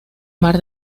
mar